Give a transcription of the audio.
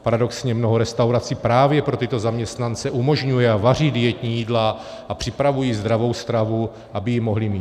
Paradoxně mnoho restaurací právě pro tyto zaměstnance umožňuje a vaří dietní jídla a připravuje zdravou stravu, aby ji mohli mít.